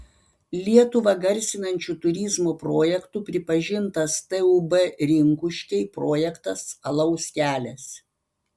lietuvą garsinančiu turizmo projektu pripažintas tūb rinkuškiai projektas alaus kelias